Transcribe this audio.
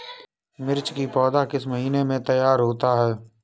मिर्च की पौधा किस महीने में तैयार होता है?